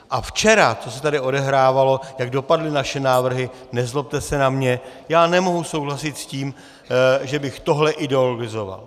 A včera, co se tady odehrávalo, jak dopadly naše návrhy, nezlobte se na mě, já nemohu souhlasit s tím, že bych tohle ideologizoval.